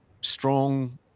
strong